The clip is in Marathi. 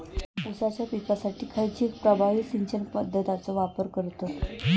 ऊसाच्या पिकासाठी खैयची प्रभावी सिंचन पद्धताचो वापर करतत?